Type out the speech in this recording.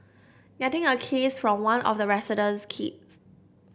getting a kiss from one of the resident's kids